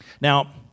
Now